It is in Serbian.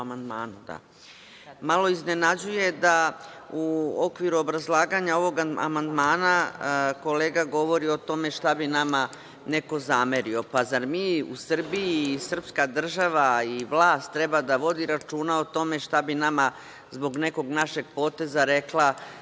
iznenađuje da u okviru obrazlaganja ovog amandmana kolega govori o tome šta bi nama neko zamerio. Pa, zar mi u Srbiji i srpska država i vlast treba da vodi računa o tome šta bi nama zbog nekog našeg poteza rekla